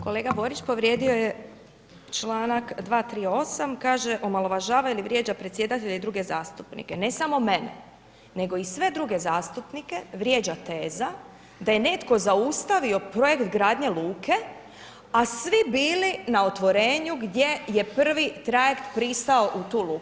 Kolega Borić povrijedio je članak 238., kaže omalovažava ili vrijeđa predsjedatelja ili druge zastupnike, ne samo mene, nego i sve druge zastupnike vrijeđa teza da je netko zaustavio projekt gradnje luke, a svi bili na otvorenju gdje je prvi trajekt pristao u tu luku.